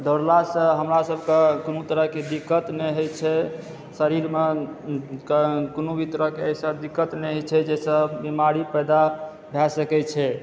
दौड़ला सॅं हमरा सबके कोनो तरह के दिक्कत नहि होइ छै शरीर मे कोनो भी तरह के एहिसॅं दिक्कत नहि होइ छै जाहिसॅं बीमारी पैदा भए सकै छै